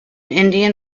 indian